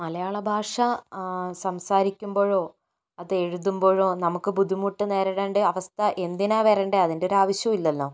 മലയാള ഭാഷ സംസാരിക്കുമ്പോഴോ അത് എഴുതുമ്പോഴോ നമുക്ക് ബുദ്ധിമുട്ട് നേരിടേണ്ട അവസ്ഥ എന്തിനാണ് വരണ്ടത് അതിൻ്റെ ഒരു ആവശ്യവും ഇല്ലല്ലോ